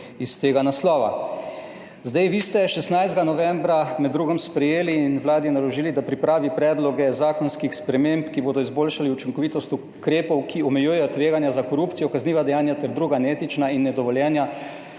iz tega naslova. Zdaj, vi ste 16. novembra med drugim sprejeli in Vladi naložili, da pripravi predloge zakonskih sprememb, ki bodo izboljšali učinkovitost ukrepov, ki omejujejo tveganja za korupcijo, kazniva dejanja ter druga neetična in nedovoljena